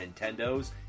nintendo's